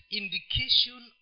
indication